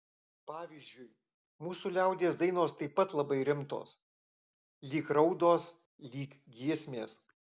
pavyzdžiui mūsų liaudies dainos taip pat labai rimtos lyg raudos lyg giesmės